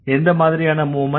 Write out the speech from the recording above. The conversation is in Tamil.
எந்த மாதிரியான மூவ்மெண்ட்